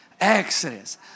Exodus